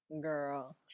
Girl